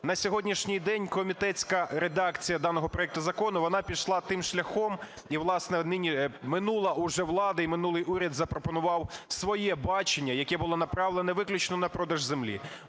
на сьогоднішній день комітетська редакція даного проекту закону, вона пішла тим шляхом, і, власне, минула уже влада і минулий уряд запропонував своє бачення, яке було направлено виключно на продаж землі.